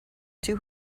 two